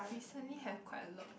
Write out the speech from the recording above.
recently have quite a lot